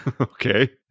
Okay